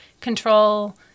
control